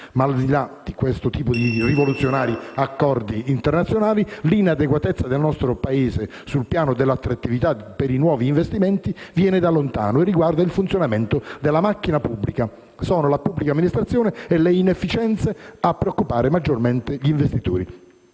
Ma al di là di questo tipo di rivoluzionari accordi internazionali, l'inadeguatezza del nostro Paese sul piano dell'attrattività per i nuovi investimenti viene da lontano e riguarda il funzionamento della macchina pubblica. Sono la pubblica amministrazione e le sue inefficienze a preoccupare maggiormente gli investitori.